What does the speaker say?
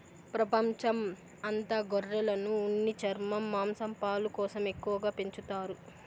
ప్రపంచం అంత గొర్రెలను ఉన్ని, చర్మం, మాంసం, పాలు కోసం ఎక్కువగా పెంచుతారు